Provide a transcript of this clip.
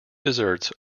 desserts